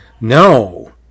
no